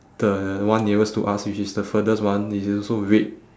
the one nearest to us which is the furthest one which is also red